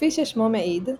כפי ששמו מעיד,